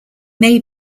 may